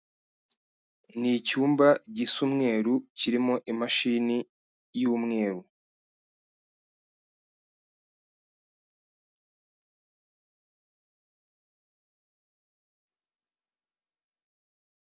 Ni icyumba gisa umweru kirimo imashini y'umweru.